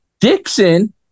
Dixon